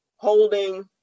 holding